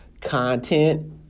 content